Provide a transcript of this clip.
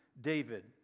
David